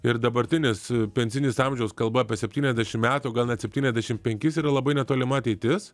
ir dabartinis pensinis amžiaus kalba apie septyniasdešim metų gal net septyniasdešim penkis yra labai netolima ateitis